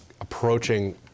approaching